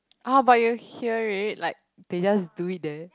ah but you'll hear it like they just do it there